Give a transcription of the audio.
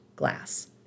glass